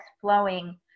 flowing